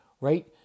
right